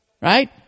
Right